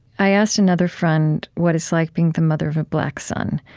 i asked another friend what it's like being the mother of a black son.